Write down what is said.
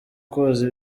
koza